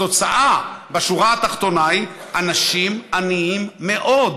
התוצאה, בשורה התחתונה, היא אנשים עניים מאוד.